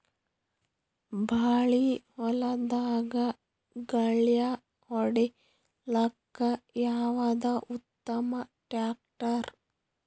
ಬಾಳಿ ಹೊಲದಾಗ ಗಳ್ಯಾ ಹೊಡಿಲಾಕ್ಕ ಯಾವದ ಉತ್ತಮ ಟ್ಯಾಕ್ಟರ್?